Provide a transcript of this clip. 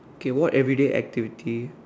okay what everyday activity